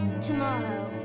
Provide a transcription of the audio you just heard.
tomorrow